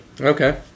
okay